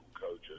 coaches